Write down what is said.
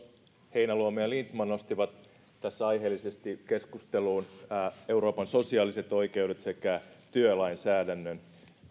heinäluoma ja lindtman nostivat aiheellisesti keskusteluun euroopan sosiaaliset oikeudet sekä työlainsäädännön